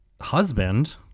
husband